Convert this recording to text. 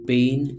Pain